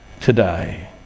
today